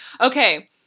Okay